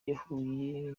yahuye